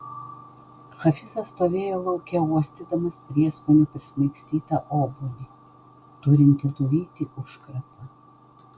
hafizas stovėjo lauke uostydamas prieskonių prismaigstytą obuolį turintį nuvyti užkratą